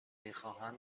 میخواهند